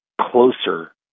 closer